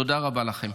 תודה רבה לכם.